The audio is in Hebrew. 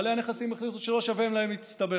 בעלי הנכסים החליטו שלא שווה להם להסתבך.